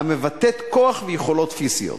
המבטאת כוח ויכולות פיזיות.